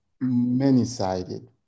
many-sided